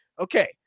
Okay